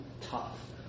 tough